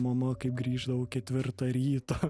mama kai grįždavau ketvirtą ryto